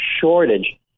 shortage